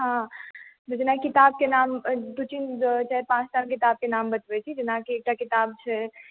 हँ जेना किताबके नाम दू तीन चारि पाँचटा किताबके नाम बताबै छी जेनाकि एकटा किताबके नाम छै